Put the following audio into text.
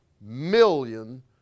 million